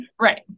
Right